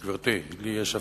גברתי, לי יש הפרעות,